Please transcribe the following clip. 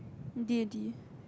D-and-T